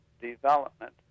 development